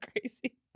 crazy